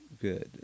good